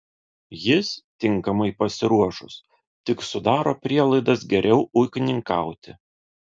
jis tinkamai pasiruošus tik sudaro prielaidas geriau ūkininkauti